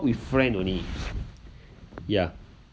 with friend only ya